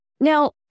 Now